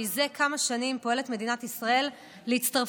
זה כמה שנים פועלת מדינת ישראל להצטרפות